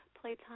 playtime